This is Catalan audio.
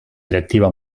directiva